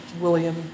William